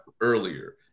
earlier